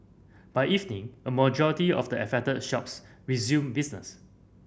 by evening a majority of the affected shops resumed business